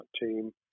team